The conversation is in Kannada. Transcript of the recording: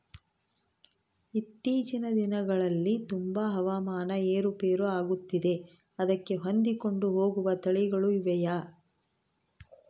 ಇತ್ತೇಚಿನ ದಿನಗಳಲ್ಲಿ ತುಂಬಾ ಹವಾಮಾನ ಏರು ಪೇರು ಆಗುತ್ತಿದೆ ಅದಕ್ಕೆ ಹೊಂದಿಕೊಂಡು ಹೋಗುವ ತಳಿಗಳು ಇವೆಯಾ?